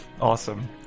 awesome